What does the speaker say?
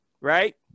right